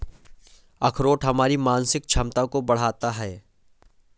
अखरोट हमारी मानसिक क्षमता को बढ़ाता है